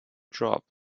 drop